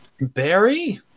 Barry